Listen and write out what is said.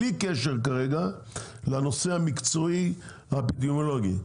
בלי קשר כרגע לנושא המקצועי האפידמיולוגי,